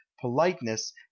politeness